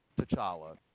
T'Challa